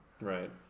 Right